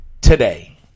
today